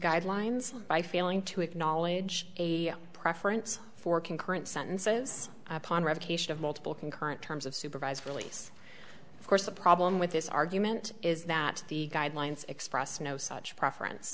guidelines by failing to acknowledge a preference for concurrent sentences upon revocation of multiple concurrent terms of supervised release of course the problem with this argument is that the guidelines express no such preference